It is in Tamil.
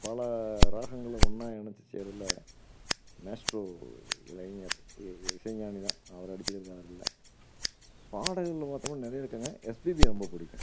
பல ராகங்களை ஒன்றா இணச்சி செய்றதில் மேஸ்ட்ரோ இளைஞர் இ இ இசைஞானி தான் அவரை அடிச்சிக்கிறதுக்கு யாரும் இல்லை பாடகர்களில் பார்த்தம்னா நிறைய இருக்குங்க எஸ்பிபியை ரொம்ப பிடிக்கும்